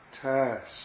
Task